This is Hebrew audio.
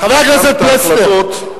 חבר הכנסת פלסנר,